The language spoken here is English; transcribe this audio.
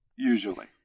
Usually